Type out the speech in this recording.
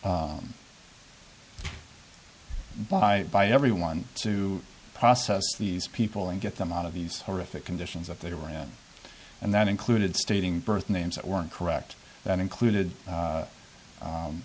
of by by everyone to process these people and get them out of these horrific conditions that they were in and that included stating birth names that weren't correct that included